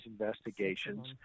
investigations